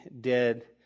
dead